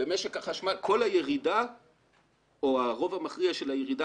כל הירידה או הרוב המכריע של הירידה